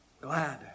glad